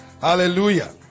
Hallelujah